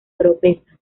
oropesa